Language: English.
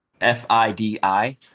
F-I-D-I